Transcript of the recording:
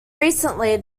recently